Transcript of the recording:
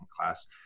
class